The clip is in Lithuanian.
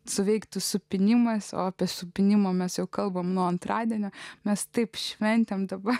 suveiktų supynimas o apie supynimą mes jau kalbame nuo antradienio mes taip šventėm dabar